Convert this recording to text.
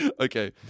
Okay